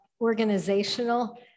organizational